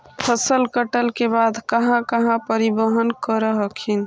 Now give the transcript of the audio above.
फसल कटल के बाद कहा कहा परिबहन कर हखिन?